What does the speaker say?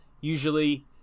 usually